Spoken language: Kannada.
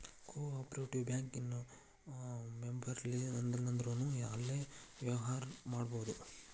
ಕೊ ಆಪ್ರೇಟಿವ್ ಬ್ಯಾಂಕ ಇನ್ ಮೆಂಬರಿರ್ಲಿಲ್ಲಂದ್ರುನೂ ಅಲ್ಲೆ ವ್ಯವ್ಹಾರಾ ಮಾಡ್ಬೊದು